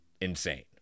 insane